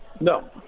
No